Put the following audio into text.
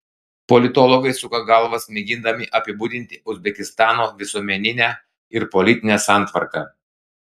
politologai suka galvas mėgindami apibūdinti uzbekistano visuomeninę ir politinę santvarką